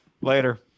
later